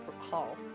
hall